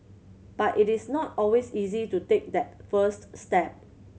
but it is not always easy to take that first step